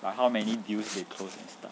like how many deals they closed and stuff